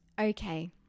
okay